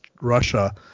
Russia